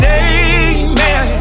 amen